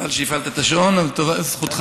חבל שהפעלת את השעון, אבל זכותך.